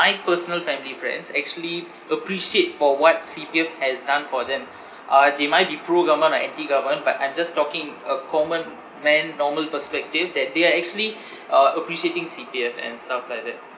personal family friends actually appreciate for what C_P_F has done for them uh they might be pro government or anti government but I'm just talking a common man normal perspective that they are actually uh appreciating C_P_F and stuff like that